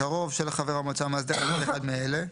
"קרוב", של חבר המועצה המאסדרת, כל אחד מאלה: